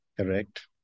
Correct